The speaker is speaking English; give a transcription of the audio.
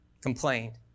complained